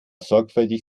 sorgfältig